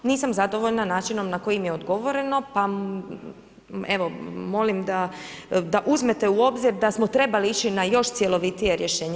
Nisam zadovoljna načinom na koji mi je odgovoreno pa evo molim da uzmete u obzir da smo trebali ići na još cjelovitije rješenje.